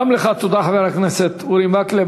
גם לך, חבר הכנסת אורי מקלב.